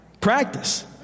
practice